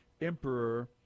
emperor